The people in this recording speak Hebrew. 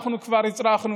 אנחנו כבר הצלחנו,